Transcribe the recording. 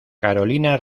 carolina